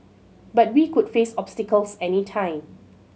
but we could face obstacles any time